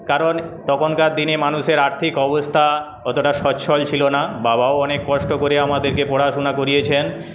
কারণ তখনকার দিনে মানুষের আর্থিক অবস্থা অতটা সচ্ছল ছিলো না বাবাও অনেক কষ্ট করে আমাদেরকে পড়াশুনো করিয়েছেন